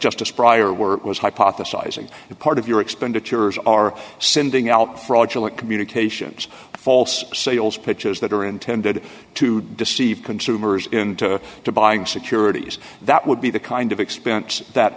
justice prior were was hypothesizing it part of your expenditures are sending out fraudulent communications false sales pitches that are intended to deceive consumers into to buying securities that would be the kind of expense that